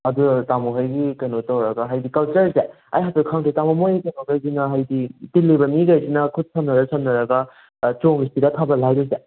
ꯑꯗꯨꯗ ꯇꯥꯃꯣ ꯍꯣꯏꯒꯤ ꯀꯩꯅꯣ ꯇꯧꯔꯒ ꯍꯥꯏꯗꯤ ꯀꯜꯆꯔꯁꯦ ꯑꯩ ꯍꯥꯏꯐꯦꯠ ꯈꯪꯗ꯭ꯔꯦ ꯇꯥꯃꯣ ꯃꯣꯏ ꯀꯩꯅꯣꯒꯩꯁꯤꯅ ꯍꯥꯏꯗꯤ ꯇꯤꯜꯂꯤꯕ ꯃꯤꯈꯩꯁꯤꯅ ꯈꯨꯠ ꯁꯝꯅꯔ ꯁꯝꯅꯔꯒ ꯆꯣꯡꯉꯤꯁꯤꯔꯥ ꯊꯥꯕꯜ ꯍꯥꯏꯗꯣꯏꯁꯦ